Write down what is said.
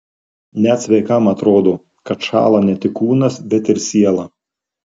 net sveikam atrodo kad šąla ne tik kūnas bet ir siela